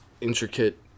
intricate